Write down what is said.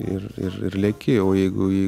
ir ir ir leki o jeigu jeigu